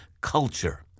culture